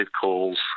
calls